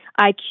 IQ